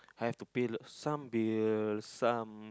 have to pay lah some bills some